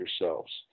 yourselves